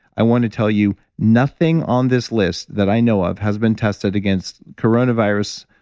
i want to tell you nothing on this list that i know of, has been tested against coronavirus,